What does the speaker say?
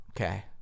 Okay